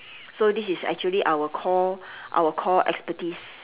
so this is actually our core our core expertise